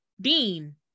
Dean